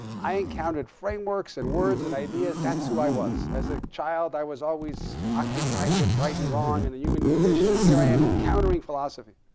i encountered frameworks, and words, and ideas. that's who i was. as a child, i was always occupied with right and wrong and the human condition. and here i am encountering philosophy.